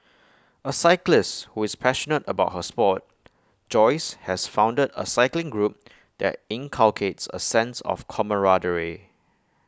A cyclist who is passionate about her Sport Joyce has founded A cycling group that inculcates A sense of camaraderie